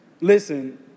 Listen